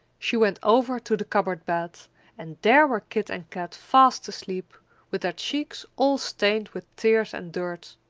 she went over to the cupboard bed and there were kit and kat fast asleep with their cheeks all stained with tears and dirt.